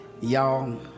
Y'all